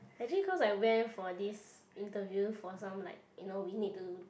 actually cause I went for this interview for some like you know we need to